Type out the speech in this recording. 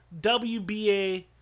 WBA